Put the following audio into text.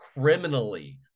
criminally